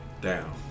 down